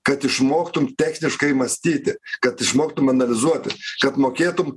kad išmoktum techniškai mąstyti kad išmoktum analizuoti kad mokėtum